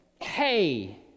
Hey